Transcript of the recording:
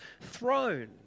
throne